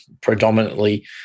predominantly